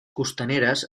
costaneres